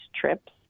trips